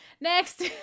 Next